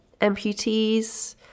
amputees